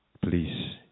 Please